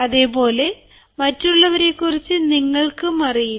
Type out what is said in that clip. അതുപോലെ പോലെ മറ്റുള്ളവരെക്കുറിച്ച് നിങ്ങൾക്കും അറിയില്ല